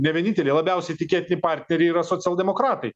ne vieninteliai labiausiai tikėtini partneriai yra socialdemokratai